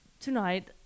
tonight